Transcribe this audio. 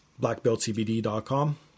blackbeltcbd.com